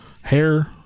hair